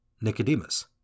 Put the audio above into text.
Nicodemus